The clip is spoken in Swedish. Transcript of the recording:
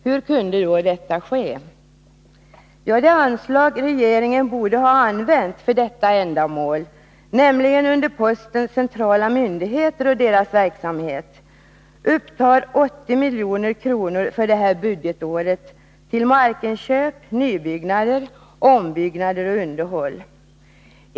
Hur kunde då detta ske? Det anslag regeringen borde ha använt för detta ändamål, nämligen anslaget under posten centrala myndigheter och deras verksamhet, upptar 80 milj.kr. för det här budgetåret till markinköp, nybyggnader, ombyggnader och underhåll.